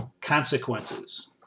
Consequences